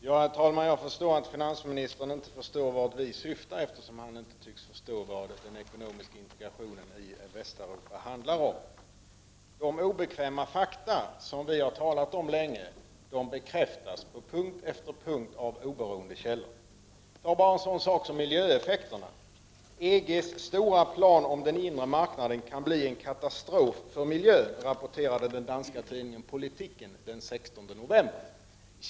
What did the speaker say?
Herr talman! Jag inser att finansministern inte förstår vart miljöpartiet syftar eftersom han inte tycks förstå vad den ekonomiska integrationen i Västeuropa handlar om. De obekväma fakta vi länge har talat om bekräftas på punkt efter punkt av oberoende källor. Ta en sådan sak som miljöeffekterna. EG:s stora plan om den inre marknaden kan bli en katastrof för miljön, rapporterade den danska tidningen Politiken den 16 november.